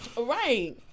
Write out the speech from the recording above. Right